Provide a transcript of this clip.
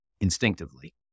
instinctively